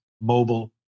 mobile